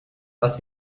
was